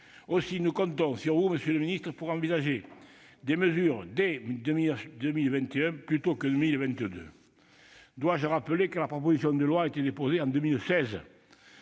Aussi, nous comptons sur vous, monsieur le secrétaire d'État, pour envisager des mesures dès 2021, plutôt qu'en 2022. Dois-je rappeler que la proposition de loi a été déposée en 2016 ?